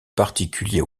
particulier